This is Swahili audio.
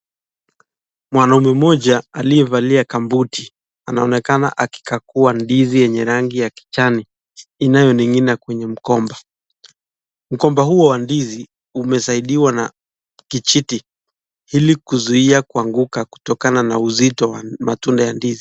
Mwanaume mmoja aliyevalia kabuti anaonekana akikagua ndizi yenye rangi ya kijani inayoning'ina kwenye mgomba , mgomba huu wa ndizi umesaidiwa na kijiti ili kuzuia kuanguka kutokana na uzito wa matunda ya ndizi.